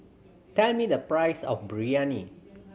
tell me the price of Biryani